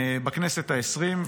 בכנסת העשרים.